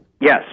Yes